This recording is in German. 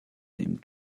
dem